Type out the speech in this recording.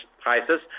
prices